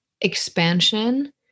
expansion